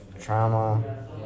trauma